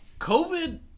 covid